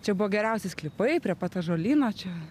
čia buvo geriausi sklypai prie pat ąžuolyno čia